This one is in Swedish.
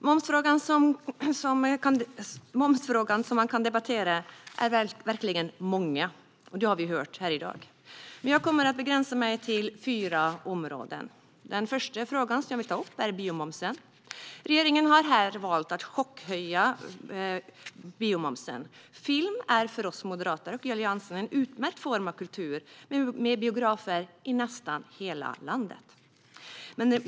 Herr talman! De momsfrågor man kan debattera är verkligen många. Det har vi hört här i dag. Jag kommer att begränsa mig till fyra områden. Den första fråga jag vill ta upp är biomomsen. Regeringen har valt att chockhöja biomomsen. Film är för oss moderater och Alliansen en utmärkt form av kultur, med biografer i nästan hela landet.